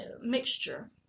mixture